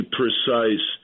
precise